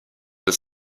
des